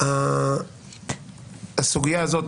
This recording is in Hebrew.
הסוגיה הזאת,